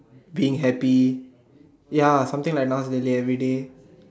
being happy ya something like not really everyday